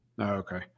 Okay